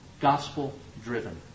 gospel-driven